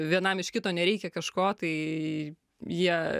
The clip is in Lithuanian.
vienam iš kito nereikia kažko tai jie